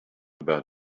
about